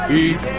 eat